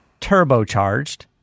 turbocharged